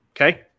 Okay